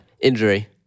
Injury